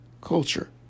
culture